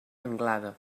anglada